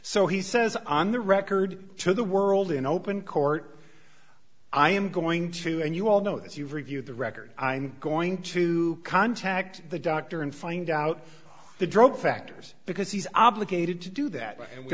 so he says on the record to the world in open court i am going to and you all know that you've reviewed the record i'm going to contact the doctor and find out the drug factors because he's obligated to do that and we